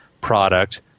product